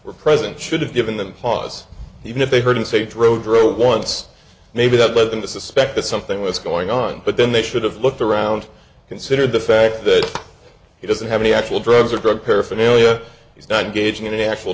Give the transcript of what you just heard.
were present should have given them pause even if they heard him say throat throat once maybe that led them to suspect that something was going on but then they should have looked around consider the fact that he doesn't have any actual drugs or drug paraphernalia he's not gauging